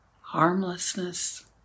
harmlessness